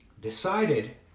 decided